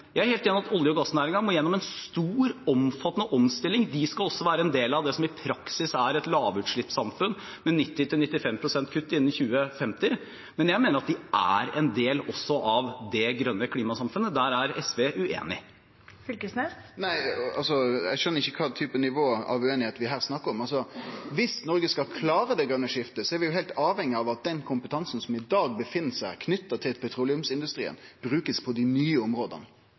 Jeg er helt enig i at olje- og gassnæringen må gjennom en stor omfattende omstilling – de skal også være en del av det som i praksis er lavutslippssamfunn med 90–95 pst. kutt innen 2050 – men jeg mener at de er en del også av det grønne klimasamfunnet. Der er SV uenig. Torgeir Knag Fylkesnes – til oppfølgingsspørsmål. Eg skjøner ikkje kva type nivå av ueinigheit vi her snakkar om. Dersom Noreg skal klare det grøne skiftet, er vi heilt avhengige av at den kompetansen som i dag er knytt til petroleumsindustrien, blir brukt på dei nye